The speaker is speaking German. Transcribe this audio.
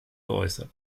geäußert